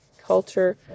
culture